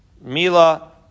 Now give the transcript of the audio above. mila